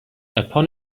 upon